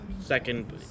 second